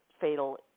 fatal